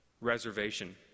reservation